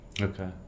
Okay